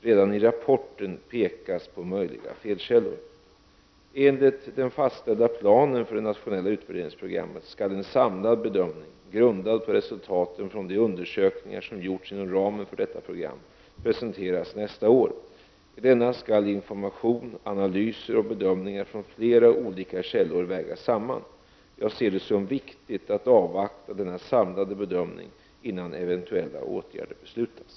Redan i rapporten pekar man på möjliga felkällor. Enligt den fastställda planen för det nationella utvärderingsprogrammet skall en samlad bedömning, grundad på resultaten från de undersökningar som gjorts inom ramen för detta program, presenteras nästa år. I denna skall information, analyser och bedömningar från flera olika källor vägas samman. Jag ser det som viktigt att avvakta denna samlade bedömning innan eventuella åtgärder beslutas.